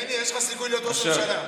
יבגני, יש לך סיכוי להיות ראש ממשלה.